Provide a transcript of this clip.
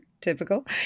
typical